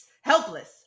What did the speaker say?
Helpless